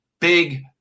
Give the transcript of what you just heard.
big